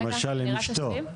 הוא למשל עם אשתו.